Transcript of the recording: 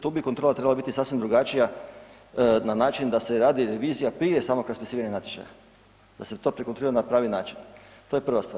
Tu bi kontrola trebala biti sasvim drugačija na način da se radi revizija prije samog raspisivanja natječaja, da se to prekontrolira na pravi način, to je prva stvar.